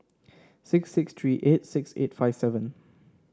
six six three eight six eight five seven